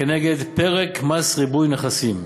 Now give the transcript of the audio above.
נגד פרק מס ריבוי נכסים,